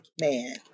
man